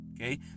okay